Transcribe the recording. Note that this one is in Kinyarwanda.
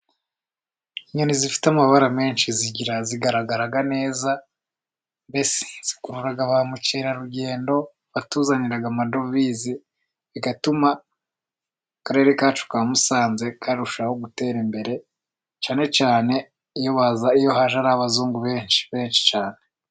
Inyoni zifite amabara menshi zigaragara neza, mbese zikurura ba mukerarugendo batuzanira amadovizi, bigatuma akarere kacu ka Musanze karushaho gutera imbere, cyane cyane iyo haje ari abazungu benshi cyane.